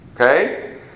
okay